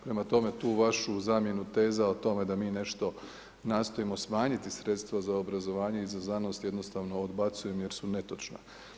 Prema tome, tu vašu zamjenu teza o tome da mi nešto nastojimo smanjiti sredstva za obrazovanje i za znanost, jednostavno odbacujem jer su netočna.